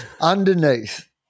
underneath